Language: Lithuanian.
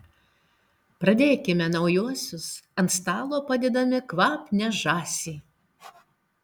pradėkime naujuosius ant stalo padėdami kvapnią žąsį